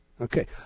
Okay